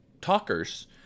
talkers